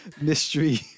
mystery